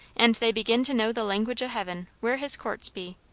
and they begin to know the language o' heaven, where his courts be.